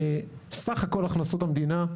סך הכול הכנסות המדינה,